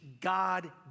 God